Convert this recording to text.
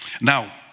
Now